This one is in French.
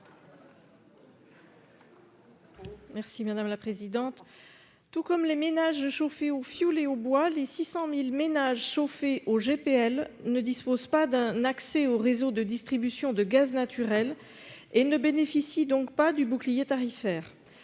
Mme Sylvie Vermeillet. Tout comme les ménages chauffés au fioul et au bois, les 600 000 ménages chauffés au gaz de pétrole liquéfié (GPL) ne disposent pas d'un accès au réseau de distribution de gaz naturel et ne bénéficient donc pas du bouclier tarifaire.